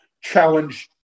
challenge